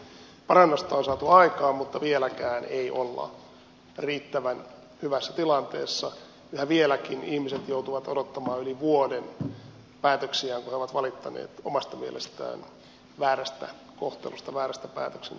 parannusta on saatu aikaan mutta vieläkään ei olla riittävän hyvässä tilanteessa ja vieläkin ihmiset joutuvat odottamaan yli vuoden päätöksiään kun he ovat valittaneet omasta mielestään väärästä kohtelusta väärästä päätöksenteosta